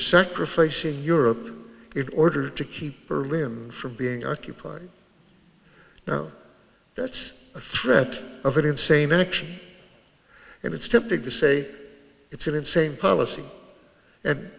sacrificing europe in order to keep her limb from being occupied now that's a threat of an insane action and it's tempting to say it's an insane policy and